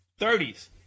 30s